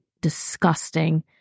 disgusting